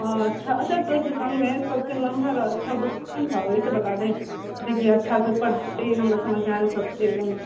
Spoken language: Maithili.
हँ अच्छा अच्छा तोर दुकानमे सबसे महँगा आओर अच्छा बुक क़ोन सा है ई तऽ बता दे जे की अच्छा से पढ़ऽ हमरा समझमे आबै सब चीज एकदम